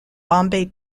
bombay